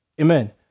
Amen